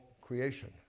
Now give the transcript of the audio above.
creation